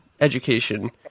education